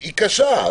היא קשה.